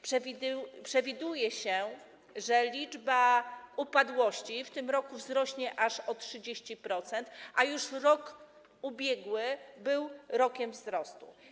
Przewiduje się, że liczba upadłości w tym roku wzrośnie aż o 30%, a już rok ubiegły był rokiem wzrostu.